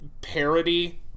parody